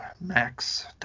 max